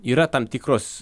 yra tam tikros